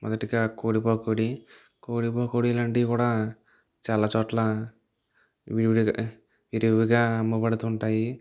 మొదటిగా కోడి పకోడీ కోడి పకోడీ ఇలాంటివి కూడా చాలా చోట్ల విడివిడిగా విరివిగా అమ్మబడుతు ఉంటాయి